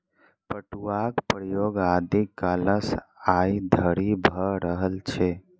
पटुआक प्रयोग आदि कालसँ आइ धरि भ रहल छै